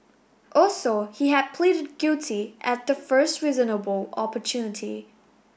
also he had pleaded guilty at the first reasonable opportunity